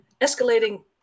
escalating